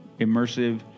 immersive